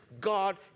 God